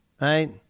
right